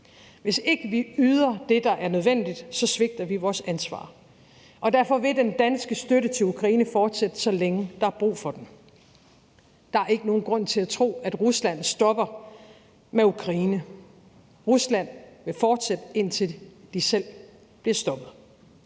Hvis ikke vi yder det, der er nødvendigt, så svigter vi vores ansvar, og derfor vil den danske støtte til Ukraine fortsætte, så længe der er brug for den. Der er ikke nogen grund til at tro, at Rusland stopper med Ukraine. Rusland vil fortsætte, indtil de selv bliver stoppet.